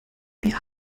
wir